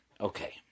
Okay